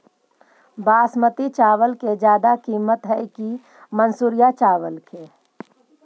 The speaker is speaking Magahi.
बासमती चावल के ज्यादा किमत है कि मनसुरिया चावल के?